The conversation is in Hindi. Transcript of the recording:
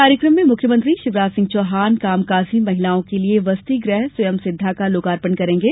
कार्यकम में मुख्यमंत्री शिवराज सिंह चौहान कामकाजी महिलाओं के लिए वसतीगृह स्यवंसिद्धा का लोकार्पण करेंगे